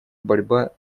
борьба